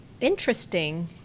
interesting